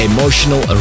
Emotional